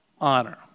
honor